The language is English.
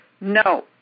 No